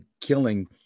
killing